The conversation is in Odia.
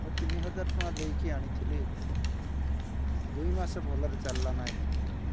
ତିନି ହଜାର ଟଙ୍କା ଦେଇକି ଆଣିଥିଲି ଦୁଇ ମାସ ଭଲରେ ଚାଲିଲା ନାହିଁ